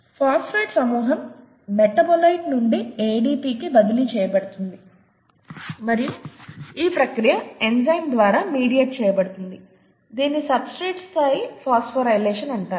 phosphate సమూహం metabolite నుండి ADPకి బదిలీ చేయబడుతుంది మరియు ఈ ప్రక్రియ ఎంజైమ్ ద్వారా మీడియేట్ చేయబడుతుంది దానిని సబ్స్ట్రేట్ స్థాయి ఫాస్ఫోరైలేషన్ అంటారు